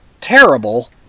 terrible